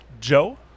Joe